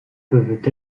peuvent